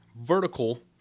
vertical